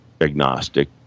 agnostic